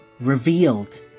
revealed